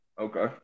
Okay